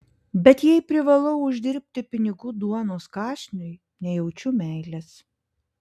bet jei privalau uždirbti pinigų duonos kąsniui nejaučiu meilės